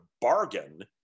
bargain